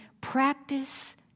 practice